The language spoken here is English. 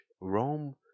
Rome